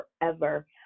forever